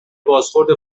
بازخورد